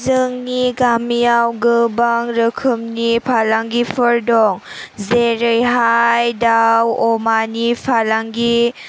जोंनि गामियाव गोबां रोखोमनि फालांगिफोर दं जरैहाय दाउ अमानि फालांगि